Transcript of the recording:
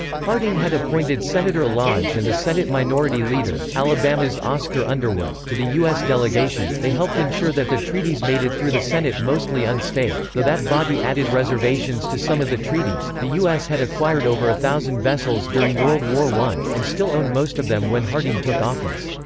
harding had appointed senator lodge and the senate minority leader, alabama's oscar underwood, to the u s. delegation they helped ensure that the treaties made it through the senate mostly unscathed, though that body added reservations to some of the treaties the u s. had acquired over a thousand vessels during world war i, and still owned most of them when harding took office.